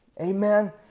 Amen